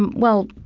um well,